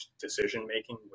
decision-making